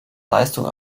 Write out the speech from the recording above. leistung